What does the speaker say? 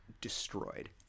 destroyed